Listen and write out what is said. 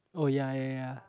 oh ya ya ya